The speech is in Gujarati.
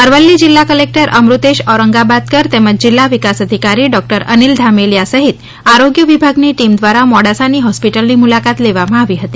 અરવલ્લી જિલ્લા કલેક્ટર અમૃતેશ ઔરંગાબાકર તેમજ જિલ્લા વિકાસ અધિકારી ડોક્ટર અનિલ ધામેલિયા સહિત આરોગ્ય વિભાગની ટીમ દ્વારા મોડાસાની હોસ્પિટલની મુલાકાત લેવામાં આવી હતી